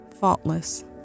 faultless